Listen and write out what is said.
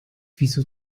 wieso